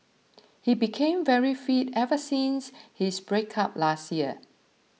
he became very fit ever since his breakup last year